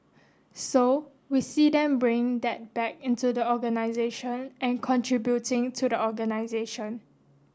so we see them bringing that back into the organisation and contributing to the organisation